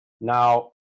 Now